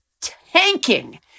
tanking